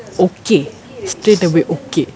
okay straight away okay